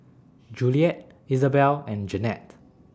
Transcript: Juliet Isabelle and Jeannette